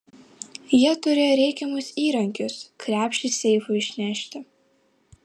jie turėjo reikiamus įrankius krepšį seifui išnešti